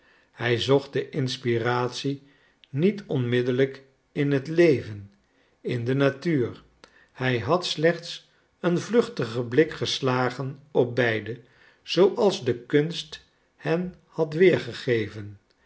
hij zocht de inspiratie niet onmiddellijk in het leven in de natuur hij had slechts een vluchtigen blik geslagen op beide zooals de kunst hen had weergegeven